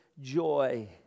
joy